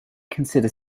consider